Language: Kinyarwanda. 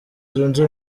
zunze